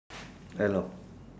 hello